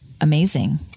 amazing